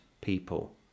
people